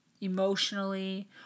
emotionally